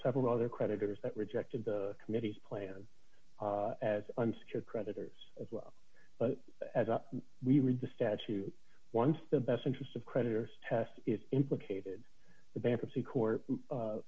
several other creditors that rejected the committee's plan as unsecured creditors as well as up we read the statute once the best interest of creditors test is implicated the bankruptcy court